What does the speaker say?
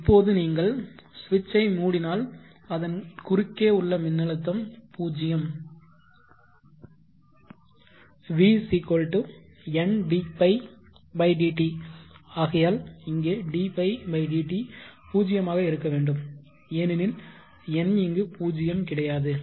இப்போது நீங்கள் சுவிட்சை மூடினால் அதன் குறுக்கே உள்ள மின்னழுத்தம் 0 v N dϕ dt ஆகையால் இங்கே dϕ dt 0 ஆக இருக்க வேண்டும் ஏனெனில் N இங்கு 0 கிடையாது